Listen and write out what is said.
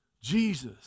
Jesus